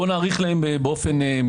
נאריך להם מיידית.